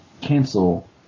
Cancel